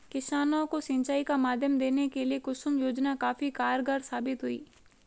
किसानों को सिंचाई का माध्यम देने के लिए कुसुम योजना काफी कारगार साबित हुई है